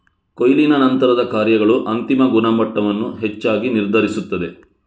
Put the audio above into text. ಕೊಯ್ಲಿನ ನಂತರದ ಕಾರ್ಯಗಳು ಅಂತಿಮ ಗುಣಮಟ್ಟವನ್ನು ಹೆಚ್ಚಾಗಿ ನಿರ್ಧರಿಸುತ್ತದೆ